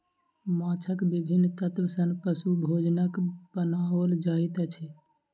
माँछक विभिन्न तत्व सॅ पशु भोजनक बनाओल जाइत अछि